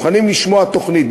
מוכנים לשמוע תוכנית.